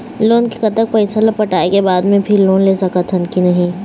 Loan के कतक पैसा ला पटाए के बाद मैं फिर लोन ले सकथन कि नहीं?